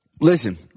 Listen